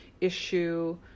issue